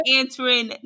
answering